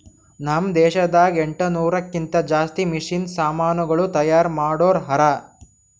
ನಾಮ್ ದೇಶದಾಗ ಎಂಟನೂರಕ್ಕಿಂತಾ ಜಾಸ್ತಿ ಮಷೀನ್ ಸಮಾನುಗಳು ತೈಯಾರ್ ಮಾಡೋರ್ ಹರಾ